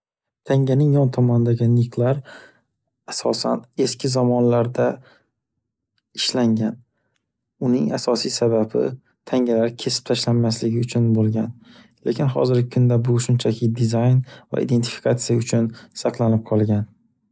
Tanganing yon tomonidagi niklar asosan eski zamonlarda ishlangan. Uning asosiy sababi tangalar kesib tashlanmasligi uchun bo’lgan. Lekin hozirgi kunda bu shunchaki dizayn va identifikatsiya uchun saqlanib qolgan.